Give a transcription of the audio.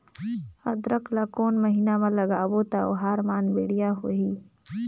अदरक ला कोन महीना मा लगाबो ता ओहार मान बेडिया होही?